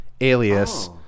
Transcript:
Alias